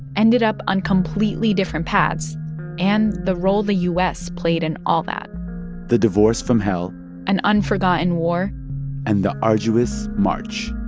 ended up on completely different paths and the role the u s. played in all that the divorce from hell an unforgotten war and the arduous march